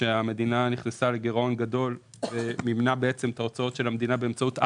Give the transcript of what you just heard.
כשהמדינה נכנסה לגירעון גדול ומימנה את הוצאות המדינה באמצעות אג"ח,